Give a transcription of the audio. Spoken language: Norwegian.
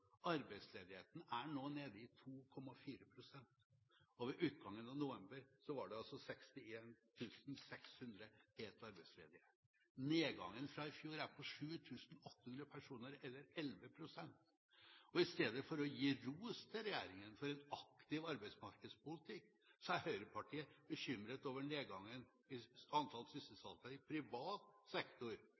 Arbeidsledigheten er nå nede i 2,4 pst., og ved utgangen av november var det altså 61 600 helt arbeidsledige. Nedgangen fra i fjor er på 7 800 personer, eller 11 pst. Istedenfor å gi ros til regjeringen for en aktiv arbeidsmarkedspolitikk er partiet Høyre bekymret over nedgangen i antall sysselsatte i privat sektor